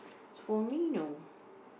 as for me no